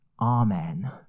Amen